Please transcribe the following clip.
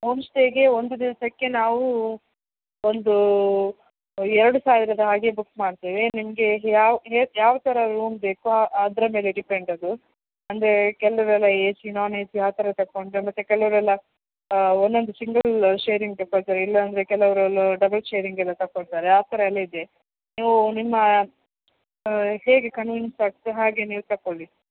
home ಸ್ಟೇಗೆ ಒಂದು ದಿವಸಕ್ಕೆ ನಾವು ಒಂದು ಎರಡು ಸಾವಿರದ ಹಾಗೆ ಬುಕ್ ಮಾಡ್ತೇವೆ ನಿಮಗೆ ಯಾವ ಹೇ ಯಾವ ಥರ ರೂಮ್ ಬೇಕು ಅದರ ಮೇಲೆ ಡಿಪೆಂಡ್ ಅದು ಅಂದರೆ ಕೆಲವರೆಲ್ಲ A C non A C ಆ ಥರ ತೆಕೊಂಡ್ರೆ ಮತ್ತೆ ಕೆಲವರೆಲ್ಲ ಒಂದೊಂದು ಸಿಂಗಲ್ ಶೇರಿಂಗ್ ತೆಕೊಳ್ತಾರೆ ಇಲ್ಲ ಅಂದರೆ ಕೆಲವರೆಲ್ಲ ಡಬಲ್ ಶೇರಿಂಗ್ ಎಲ್ಲ ತಕೊಳ್ತಾರೆ ಆ ಥರ ಎಲ್ಲ ಇದೆ ನೀವು ನಿಮ್ಮ ಹೇಗೆ ಕನ್ವಿನಿಯೆನ್ಸ್ ಆಗ್ತದೆ ಹಾಗೆ ನೀವು ತೆಕೊಳ್ಳಿ